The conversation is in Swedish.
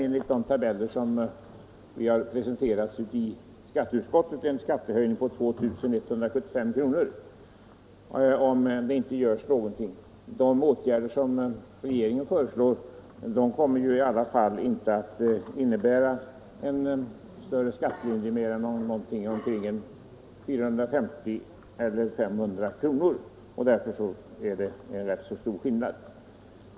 Enligt de tabeller som vi har presenterats i skatteutskottet får den villan en skattehöjning på 2175 kr. om det inte görs någonting. De åtgärder som regeringen föreslår kommer ju i alla fall inte att innebära större skattelindring än 450 eller 500 kr. Därför är det en rätt stor skillnad.